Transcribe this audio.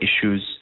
issues